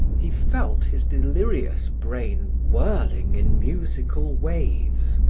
he felt his delirious brain whirling in musical waves,